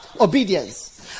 obedience